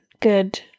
good